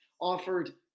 offered